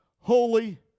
holy